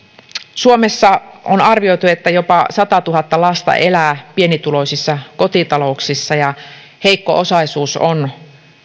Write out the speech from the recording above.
suomessa on arvioitu että jopa satatuhatta lasta elää pienituloisissa kotitalouksissa ja heikko osaisuus on